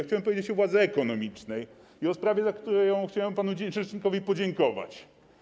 Chciałem powiedzieć o władzy ekonomicznej i o sprawie, za którą chciałem panu rzecznikowi podziękować.